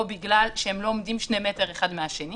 או בגלל שהם לא עומדים שני מטר אחד מהשני,